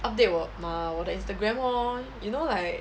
update 我 my 我的 instagram lor you know like